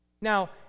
Now